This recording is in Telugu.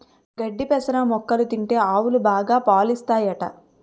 గడ్డి పెసర మొక్కలు తింటే ఆవులు బాగా పాలుస్తాయట